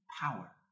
power